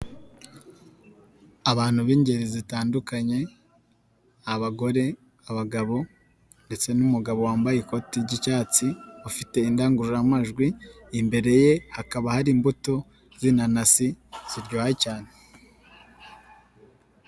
Abantu b'ingeri zitandukanye, abagore, abagabo ndetse n'umugabo wambaye ikoti ry'icyatsi, bafite indangururamajwi, imbere ye hakaba hari imbuto z'inanasi ziryoha cyane.